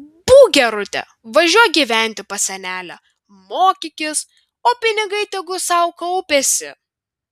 būk gerutė važiuok gyventi pas senelę mokykis o pinigai tegu sau kaupiasi